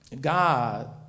God